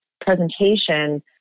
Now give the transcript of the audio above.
presentation